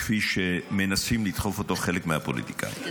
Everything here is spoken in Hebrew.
כפי שמנסים לדחוף אותו חלק מהפוליטיקאים.